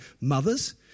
mothers